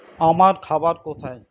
আমার খাবার কোথায়